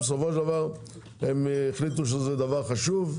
בסופו של דבר הם החליטו שזה דבר חשוב,